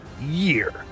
year